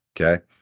okay